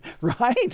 right